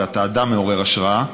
ואתה אדם מעורר השראה.